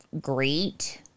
great